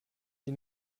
die